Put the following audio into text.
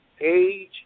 age